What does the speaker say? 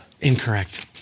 Incorrect